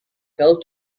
fell